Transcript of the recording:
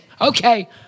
Okay